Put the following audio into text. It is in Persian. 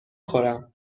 خورم